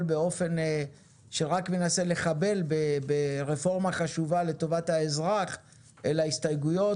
באופן שרק מנסה לחבל ברפורמה חשובה לטובת האזרח אלא הסתייגויות,